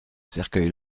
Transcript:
cercueil